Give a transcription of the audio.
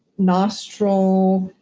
nostril,